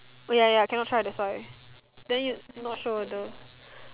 oh ya ya cannot try that's why then you not sure whether